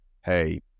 Hey